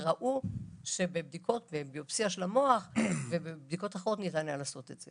וראו שבביופסיה של המוח ובבדיקות אחרות ניתן לעשות את זה.